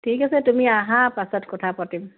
ঠিক আছে তুমি আহা পাছত কথা পাতিম